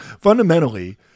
Fundamentally